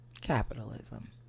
capitalism